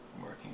working